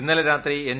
ഇന്നലെ രാത്രി എൻ